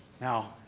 Now